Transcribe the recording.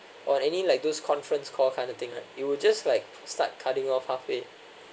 or any like those conference call kind of thing right it will just like start cutting off halfway